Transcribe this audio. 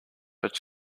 but